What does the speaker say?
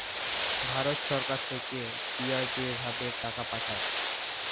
ভারত ছরকার থ্যাইকে দিঁয়া যে ভাবে টাকা পাঠায়